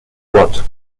gott